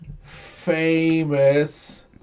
Famous